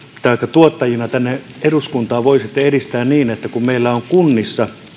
tuottajina tänne eduskuntaan voisitte tehdä kun meillä on kunnissa